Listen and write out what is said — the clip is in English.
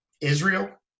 Israel